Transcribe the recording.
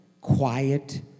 quiet